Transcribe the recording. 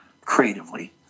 creatively